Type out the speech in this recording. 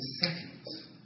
seconds